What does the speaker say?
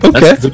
Okay